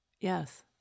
Yes